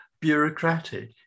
bureaucratic